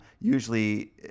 usually